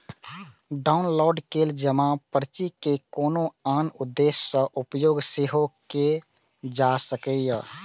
download कैल जमा पर्ची के कोनो आन उद्देश्य सं उपयोग सेहो कैल जा सकैए